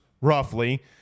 roughly